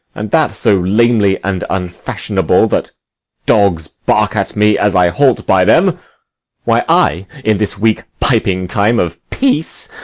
and that so lamely and unfashionable that dogs bark at me as i halt by them why, i, in this weak piping time of peace,